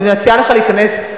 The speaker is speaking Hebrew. אני מציעה לך להיכנס,